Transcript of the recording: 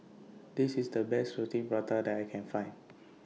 This IS The Best Roti Prata that I Can Find